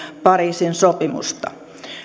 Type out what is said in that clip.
pariisin sopimusta